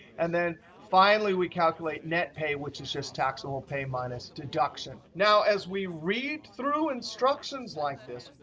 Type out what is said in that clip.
and then finally, we calculate net pay, which is just taxable pay minus deduction. now, as we read through instructions like this,